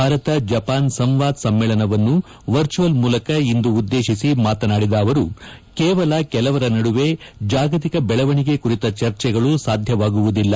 Bharat Japan Samvad ಸಮ್ಮೇಳನವನ್ನು virtual ಮೂಲಕ ಇಂದು ಉದ್ದೇಶಿಸಿ ಮಾತನಾದಿದ ಅವರು ಕೇವಲ ಕೆಲವರ ನಡುವೆ ಜಾಗತಿಕ ಬೆಳವಣಿಗೆ ಕುರಿತ ಚರ್ಚೆಗಳು ಸಾಧ್ಯವಾಗುವುದಿಲ್ಲ